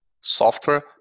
software